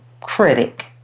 critic